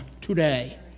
today